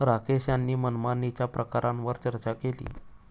राकेश यांनी मनमानीच्या प्रकारांवर चर्चा केली